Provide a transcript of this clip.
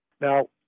Now